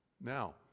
Now